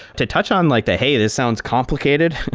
to touch on like the, hey, this sounds complicated,